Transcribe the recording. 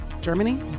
Germany